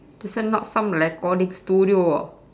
this one not some recording studio orh